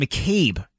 McCabe